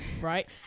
right